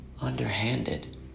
underhanded